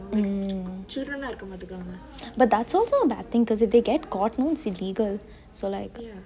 mm but that's also a bad thing because if they get caught know it's illegal so like